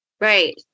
Right